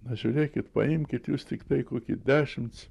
na žiūrėkit paimkit jūs tiktai kokį dešimt